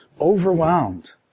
overwhelmed